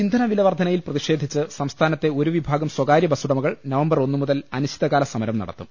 ഇന്ധനവില വർധനയിൽ പ്രതിഷേധിച്ച് സംസ്ഥാനത്തെ ഒരു വിഭാഗം സ്വകാര്യ ബസ്സുടമകൾ നവംബർ ഒന്നുമുതൽ അനിശ്ചി തകാല സമരം നടത്തും